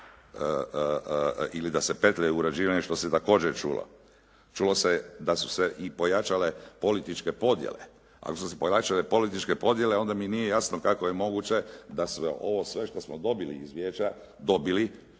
ili da e petljaju u uređivanje što se također čulo. Čulo se da su se pojačale i političke podjele. Ako su se pojačale političke podjele onda mi nije jasno kako je moguće da se ovo sve što smo dobili iz vijeća, dobili